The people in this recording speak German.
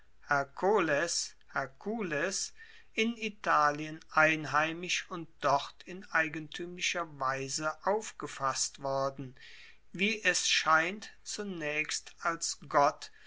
hercules in italien einheimisch und dort in eigentuemlicher weise aufgefasst worden wie es scheint zunaechst als gott